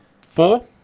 four